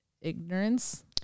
ignorance